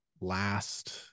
last